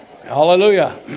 hallelujah